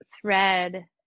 thread